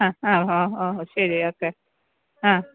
ആ ആ ഓ ഓ ശരി ഓക്കെ ആ